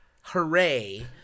hooray